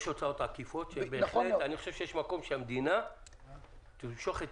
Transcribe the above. יש הוצאות עקיפות ויש מקום שהמדינה תמשוך את